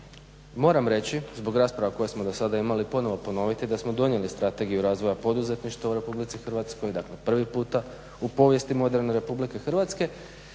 Moram reći zbog rasprava koje smo do sada imali ponovo ponoviti da smo donijeli Strategiju razvoja poduzetništva u RH dakle prvi puta u povijesti moderne RH i da je